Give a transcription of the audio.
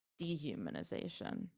dehumanization